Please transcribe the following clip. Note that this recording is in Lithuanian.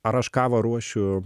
ar aš kavą ruošiu